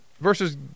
versus